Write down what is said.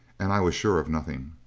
and i was sure of nothing.